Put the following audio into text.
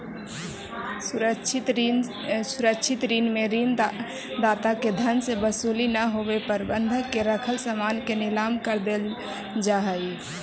सुरक्षित ऋण में ऋण दाता के धन के वसूली ना होवे पर बंधक के रखल सामान के नीलाम कर देल जा हइ